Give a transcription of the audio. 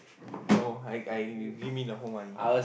no I I give me the whole money